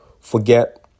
Forget